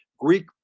Greek